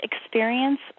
experience